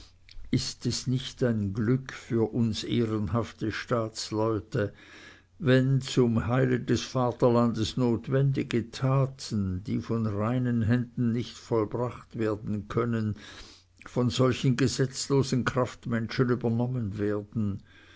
ist es nicht ein glück für uns ehrenhafte staatsleute wenn zum heile des vaterlandes notwendige taten die von reinen händen nicht vollbracht werden können von solchen gesetzlosen kraftmenschen übernommen werden